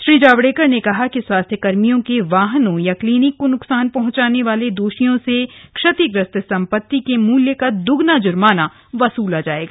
श्री जावड़ेकर ने कहा कि स्वास्थ्यकर्मियों के वाहनों या क्लीनिक को नुकसान पहुंचाने वाले दोषियों से क्षतिग्रस्त सम्पित्ता के मूल्य का दोगुना जुर्माना वसूला जाएगा